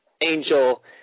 angel